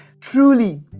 Truly